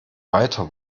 weiter